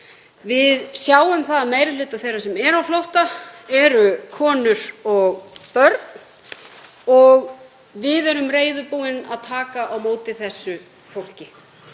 Við sjáum það að meiri hluti þeirra sem eru á flótta eru konur og börn og við erum reiðubúin að taka á móti þessu fólki.